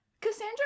Cassandra